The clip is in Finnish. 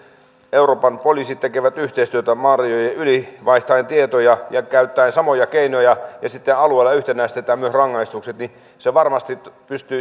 euroopan poliisit tekevät yhteistyötä maarajojen yli vaihtaen tietoja ja käyttäen samoja keinoja ja sitten alueella yhtenäistetään myös rangaistukset niin sillä varmasti